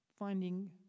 finding